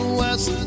west